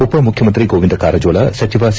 ಉಪಮುಖ್ಯಮಂತ್ರಿ ಗೋವಿಂದ ಕಾರಜೋಳ ಸಚಿವ ಸಿ